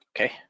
Okay